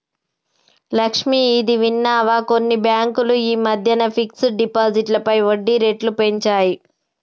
లక్ష్మి, ఇది విన్నావా కొన్ని బ్యాంకులు ఈ మధ్యన ఫిక్స్డ్ డిపాజిట్లపై వడ్డీ రేట్లు పెంచాయి